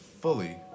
fully